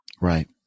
Right